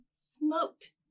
smoked